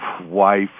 wife